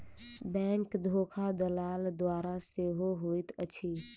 bank धोखा दलाल द्वारा सेहो होइत अछि